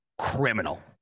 criminal